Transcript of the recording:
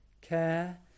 care